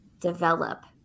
develop